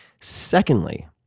Secondly